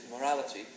morality